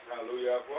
Hallelujah